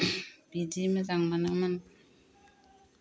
बिदि मोजां मोनो मोन